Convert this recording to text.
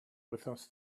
wythnos